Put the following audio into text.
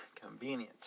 convenient